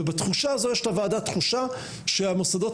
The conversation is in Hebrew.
ובתחושה הזו יש לוועדה תחושה שהמוסדות